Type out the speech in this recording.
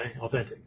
Authentic